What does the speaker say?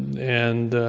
and